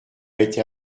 été